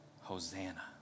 Hosanna